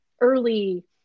early